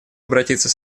обратиться